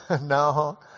no